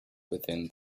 within